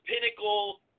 pinnacle